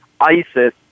ISIS